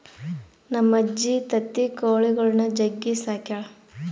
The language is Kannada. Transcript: ನಮ್ಮಜ್ಜಿ ತತ್ತಿ ಕೊಳಿಗುಳ್ನ ಜಗ್ಗಿ ಸಾಕ್ಯಳ